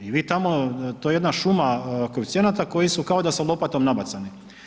I vi tamo to je jedna šuma koeficijenata koji su kao da su lopatom nabacani.